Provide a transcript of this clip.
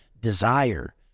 desire